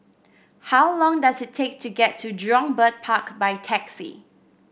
how long does it take to get to Jurong Bird Park by taxi